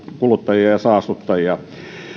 kuluttajia ja saastuttajia